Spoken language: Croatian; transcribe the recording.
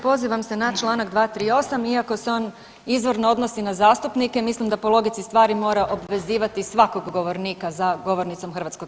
Pozivam se na čl. 238. iako se on izravno odnosi na zastupnike mislim da po logici stvari mora obvezivati svakog govornika za govornicom HS.